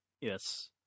Yes